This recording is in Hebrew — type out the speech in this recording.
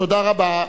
תודה רבה.